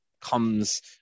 comes